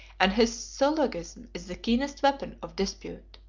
and his syllogism is the keenest weapon of dispute.